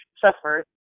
suffered